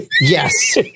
Yes